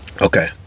Okay